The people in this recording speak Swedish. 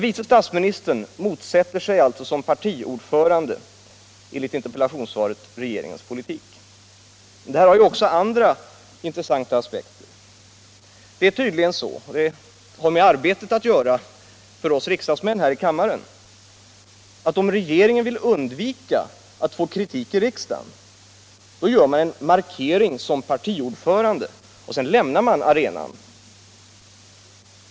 Vice statsministern motsätter sig alltså enligt interpellationssvaret som partiordförande regeringspolitiken. Det har också andra intressanta aspekter. Tydligen förhåller det sig så — och det har med arbetet att göra för oss riksdagsmän här i kammaren — att om regeringen vill undvika att få kritik i riksdagen gör man en markering som partiordförande och lämnar sedan arenan.